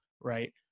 right